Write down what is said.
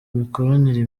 mikoranire